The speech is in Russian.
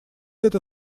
это